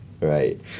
Right